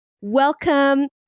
Welcome